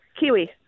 Kiwi